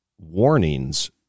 warnings